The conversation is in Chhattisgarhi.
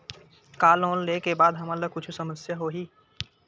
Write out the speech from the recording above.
का लोन ले के बाद हमन ला कुछु समस्या होही?